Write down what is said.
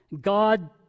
God